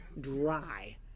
dry